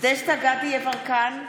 דסטה גדי יברקן,